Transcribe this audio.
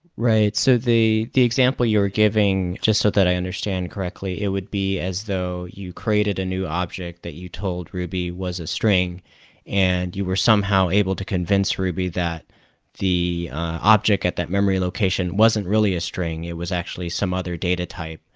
right. so the the example you're giving, just so that i understand correctly, it would be as though you created a new object that you told ruby was a string and you were somehow able to convince ruby that the object at that memory location wasn't really a string. it was actually some other data type,